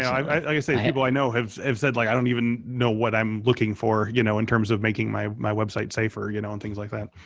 i say, people but i know have said like i don't even know what i'm looking for you know in terms of making my my website safer you know and things like that.